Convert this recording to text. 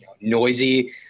noisy